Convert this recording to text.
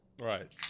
Right